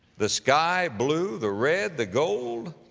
the sky blue, the red, the gold,